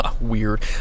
weird